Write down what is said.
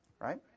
right